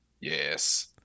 Yes